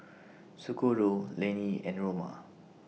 Socorro Lannie and Roma